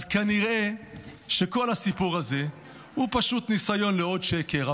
אז כנראה שכל הסיפור הזה הוא פשוט ניסיון לעוד שקר.